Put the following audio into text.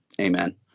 Amen